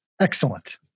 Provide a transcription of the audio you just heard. Excellent